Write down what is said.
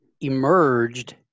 emerged